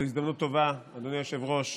זו הזדמנות טובה, אדוני היושב-ראש,